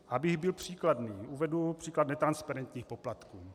Abych byl příkladný, uvedu příklad netransparentních poplatků.